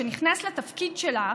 כשנכנסת לתפקיד שלך,